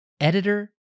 Editor